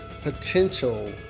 potential